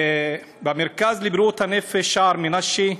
המרכז לבריאות הנפש "שער מנשה",